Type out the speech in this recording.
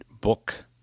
book